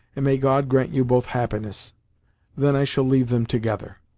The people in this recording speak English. and may god grant you both happiness then i shall leave them together.